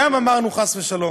גם אמרנו "חס ושלום".